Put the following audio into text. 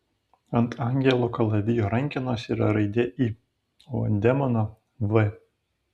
ant angelo kalavijo rankenos yra raidė i o ant demono v